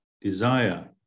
desire